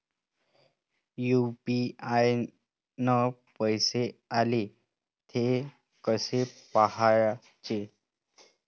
UPI न पैसे आले, थे कसे पाहाचे?